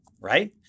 Right